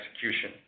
execution